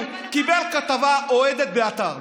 תגידו, קיבל כתבה אוהדת באתר.